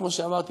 כמו שאמרתי,